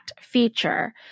feature